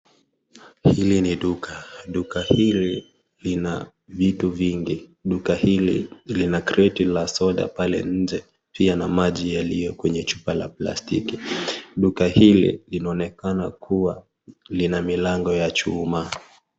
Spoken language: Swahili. Hili ni duka, duka hili lina vitu vingi, duka hili lina kreti la soda pale nje pia na maji yaliyo kwenye chupa la plastiki, duka hili inaonekana kuwa lina milango ya chuma.